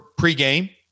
pregame